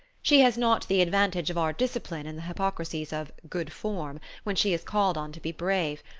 she has not the advantage of our discipline in the hypocrisies of good form when she is called on to be brave,